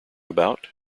about